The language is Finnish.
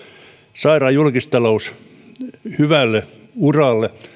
saadaan julkistalous hyvälle uralle